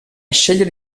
scegliere